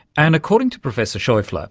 and according to professor scheufele, ah